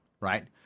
right